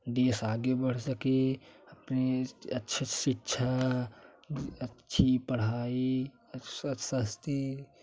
देश आगे बढ़ सके अपने अच्छे शिक्ष अच्छी पढ़ाई स सब सस्ती